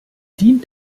dient